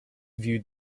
viewed